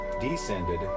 descended